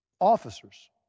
officers